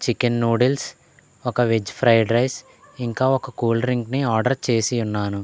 chicken noodles ఒక veg fried rice ఇంకా ఒక కూల్డ్రింక్ని ఆర్డర్ చేసి ఉన్నాను